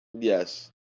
Yes